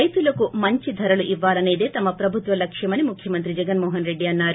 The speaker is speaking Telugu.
రైతులకు మంచి ధరలు ఇవ్వాలసేదే తమ ప్రభుత్వ లక్ష్యమని ముఖ్యమంత్రి జగన్మోహన్ రెడ్డి అన్నారు